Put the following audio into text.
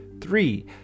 Three